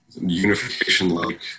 unification-like